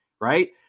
right